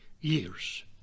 years